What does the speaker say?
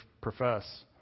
profess